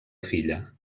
filla